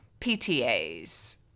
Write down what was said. PTAs